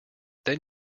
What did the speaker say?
then